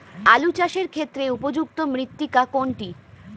আলু চাষের ক্ষেত্রে উপযুক্ত মৃত্তিকা কোনটি?